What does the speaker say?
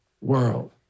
world